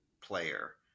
player